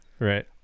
right